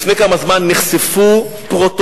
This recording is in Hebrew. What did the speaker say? לפני כמה זמן נחשפו פרוטוקולים,